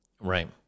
right